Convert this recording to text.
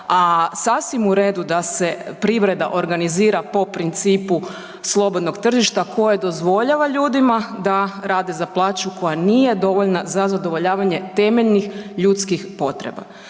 a sasvim u redu da se privreda organizira po principu slobodnog tržišta koje dozvoljava ljudima da rade za plaću koja nije dovoljna za zadovoljavanje temeljenih ljudskih potreba.